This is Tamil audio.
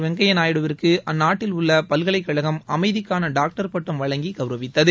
வெங்கப்யா நாயுடுவிற்கு அந்நாட்டில் உள்ள பல்கலைக்கழகம் அமைதிக்கான டாக்டர் பட்டம் வழங்கிக் கவுரவித்தது